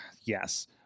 yes